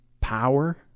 power